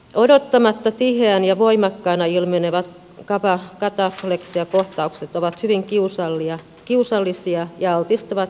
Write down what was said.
odottamatta tiheään ja voimakkaana ilmenevät katapleksiakohtaukset ovat hyvin kiusallisia ja altistavat erilaisille vahingoille